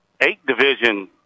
eight-division